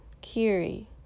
Kiri